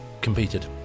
competed